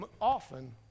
often